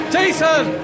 Jason